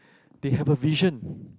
they have a vision